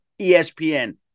ESPN